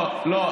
לא, לא.